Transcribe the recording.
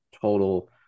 total